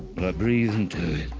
breathe in to it?